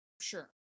sure